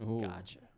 Gotcha